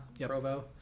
Provo